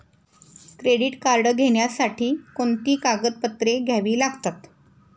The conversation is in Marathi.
क्रेडिट कार्ड घेण्यासाठी कोणती कागदपत्रे घ्यावी लागतात?